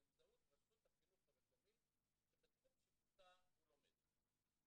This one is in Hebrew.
באמצעות ראשות החינוך המקומית שבתחום שיפוטה הוא לא לומד.